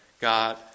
God